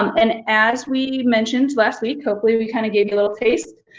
um and as we mentioned last week, hopefully we kind of gave you a little taste.